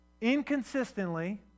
inconsistently